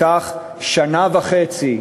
לקח שנה וחצי,